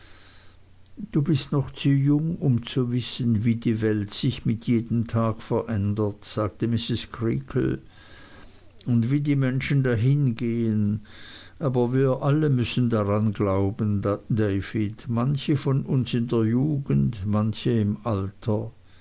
du bist noch zu jung um zu wissen wie die welt sich mit jedem tag verändert sagte mrs creakle und wie die menschen dahingehen aber wir alle müssen daran glauben david manche von uns in der jugend manche im alter